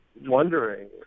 wondering